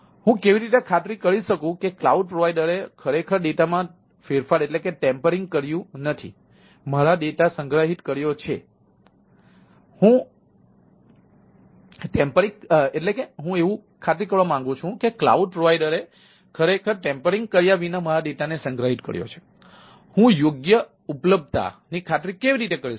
હું કેવી રીતે ખાતરી કરી શકું કે ક્લાઉડ પ્રોવાઇડરએ ખરેખર ડેટા માં ફેરફારની ખાતરી કેવી રીતે કરી શકું